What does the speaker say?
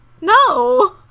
No